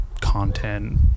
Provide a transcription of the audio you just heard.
content